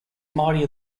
mightier